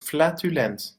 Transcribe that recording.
flatulent